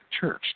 Church